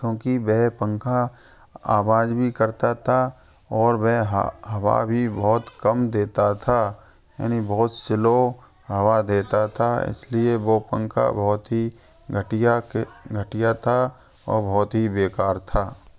क्योंकि वह पंखा आवाज भी करता था और वह हवा भी बहुत कम देता था यानि बहुत स्लो हवा देता था इसलिए वो पंखा बहुत ही घटिया के घटिया था और बहुत ही बेकार था